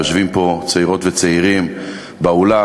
יושבים פה צעירות וצעירים באולם,